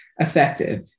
effective